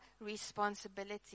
responsibility